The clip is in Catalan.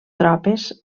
tropes